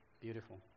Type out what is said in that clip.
Beautiful